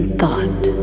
thought